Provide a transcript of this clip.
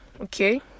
okay